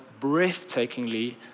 breathtakingly